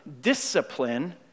discipline